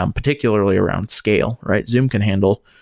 um particularly around scale. zoom can handle,